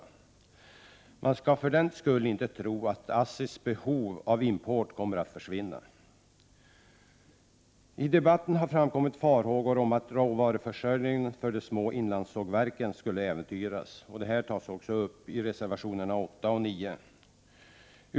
Men man skall för den skull inte tro att ASSI:s behov av import kommer att försvinna. I debatten har det framkommit farhågor för att råvaruförsörjningen för de små inlandssågverken skulle äventyras. Detta tas också upp i reservationerna 8 och 9.